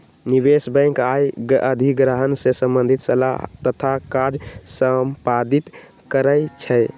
निवेश बैंक आऽ अधिग्रहण से संबंधित सलाह तथा काज संपादित करइ छै